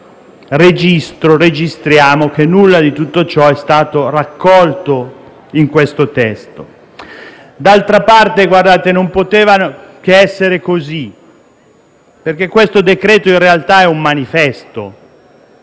di altre e registriamo che nulla di tutto ciò è stato raccolto in questo testo. D'altra parte, non poteva che essere così perché questo decreto-legge è, in realtà, un manifesto